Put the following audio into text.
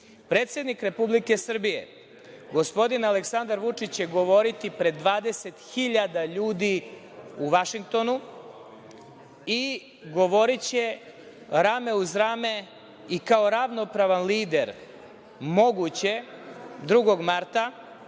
godina. Predsednik Republike Srbije gospodin Aleksandar Vučić će govoriti pred 20.000 ljudi u Vašingtonu i govoriće rame uz rame i kao ravnopravan lider, moguće, 2. marta